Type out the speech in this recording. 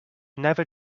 never